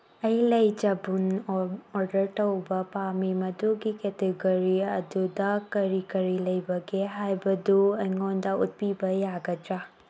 ꯑꯩ ꯂꯩ ꯆꯕꯨꯟ ꯑꯣꯔꯗꯔ ꯇꯧꯕ ꯄꯥꯝꯃꯤ ꯃꯗꯨꯒꯤ ꯀꯦꯇꯦꯒꯣꯔꯤ ꯑꯗꯨꯗ ꯀꯔꯤ ꯀꯔꯤ ꯂꯩꯕꯒꯦ ꯍꯥꯏꯕꯗꯨ ꯑꯩꯉꯣꯟꯗ ꯎꯠꯄꯤꯕ ꯌꯥꯒꯗ꯭ꯔꯥ